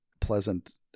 pleasant